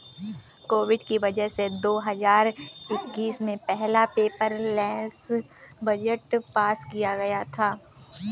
Covid की वजह से दो हजार इक्कीस में पहला पेपरलैस बजट पास किया गया था